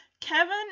Kevin